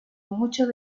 muchas